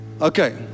okay